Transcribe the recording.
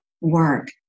work